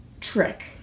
trick